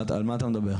על מה אתה מדבר?